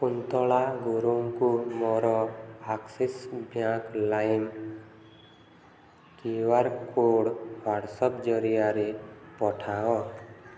କୁନ୍ତଳା ଗୁରୁ ଙ୍କୁ ମୋର Axis bank ଲାଇମ୍ କ୍ଯୁ ଆର କୋର୍ଡ଼୍ ହ୍ଵାଟ୍ସଆପ୍ ଜରିଆରେ ପଠାଅ